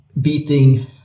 beating